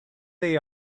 they